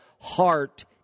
heart